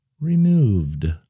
removed